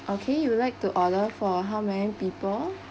okay you would like to order for how many people